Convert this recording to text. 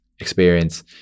experience